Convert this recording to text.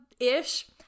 Ish